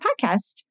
podcast